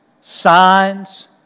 signs